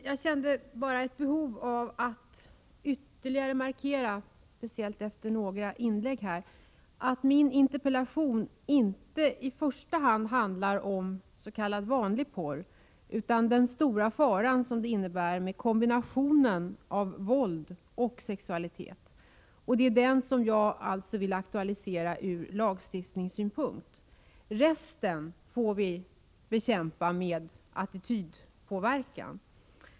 Herr talman! Jag känner ett behov av att ytterligare markera, speciellt efter några inlägg här, att min interpellation inte i första hand handlar om s.k. vanlig porr utan om den stora fara som kombinationen våld och sexualitet innebär. Det är den som jag vill aktualisera ur lagstiftningssynpunkt. Resten får vi bekämpa med attitydpåverkan.